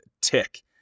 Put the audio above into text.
tick